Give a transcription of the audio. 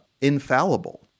infallible